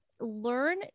learn